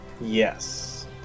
Yes